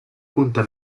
punta